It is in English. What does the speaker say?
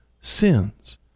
sins